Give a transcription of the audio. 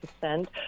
percent